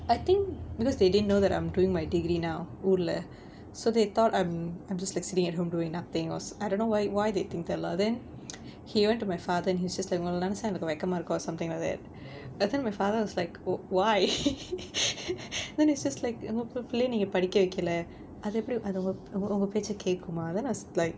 I think because they didn't know that I'm doing my degree now ஊர்ல:oorla so they thought I'm I'm just like sitting at home doing nothing I don't know why why they think that lah then he went to my father and he was just like உங்கள நெனச்சா எனக்கு வெக்கமா இருக்கும்:ungala nenachaa enakku vekkamaa irukkum something like that I think my father was like oh why he is just like உங்கப்புள்ளய நீங்க படிக்க வைக்கல அது எப்படி அது உங்க உங்க உங்க பேச்ச கேக்குமா:ungappullaya neenga padikka vaikkala athu eppadi athu unga unga unga pecha kekkumaa then I was like